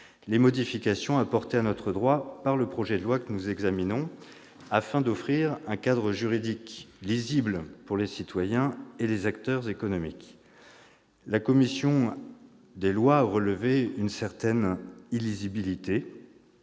les modifications apportées à notre droit par le projet de loi que nous examinons, afin d'offrir un cadre juridique lisible aux citoyens et aux acteurs économiques. La commission des lois a relevé une certaine illisibilité